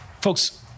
Folks